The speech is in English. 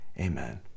Amen